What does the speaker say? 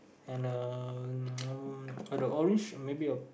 and a mm ah the orange maybe a